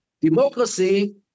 Democracy